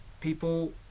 people